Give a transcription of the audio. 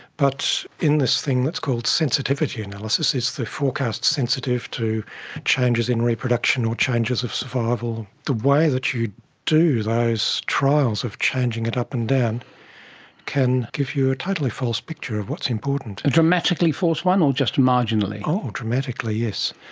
but in this thing that's called sensitivity analysis, it's the forecast sensitive to changes in reproduction or changes of survival, the way that you do those trials of changing it up and down can give you a totally false picture of what's important. a dramatically false one or just marginally? oh dramatically, yes.